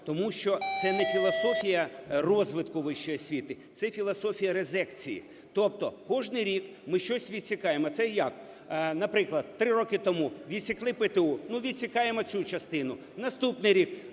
Тому що це не філософія розвитку вищої освіти, це філософія резекції, тобто кожен рік ми щось відсікаємо. А це як? Наприклад, 3 роки тому відсікли ПТУ, ну відсікаємо цю частину. Наступний рік